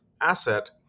asset